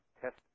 test